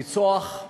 לרצוח,